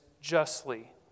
justly